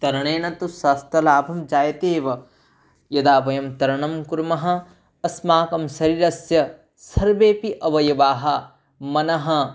तरणेन तु स्वास्थ्यलाभं जायते एव यदा वयं तरणं कुर्मः अस्माकं शरीरस्य सर्वेपि अवयवाः मनः